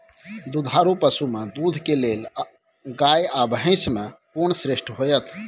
दुधारू पसु में दूध के लेल गाय आ भैंस में कोन श्रेष्ठ होयत?